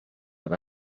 but